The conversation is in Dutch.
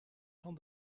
van